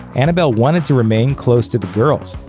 annabelle wanted to remain close to the girls.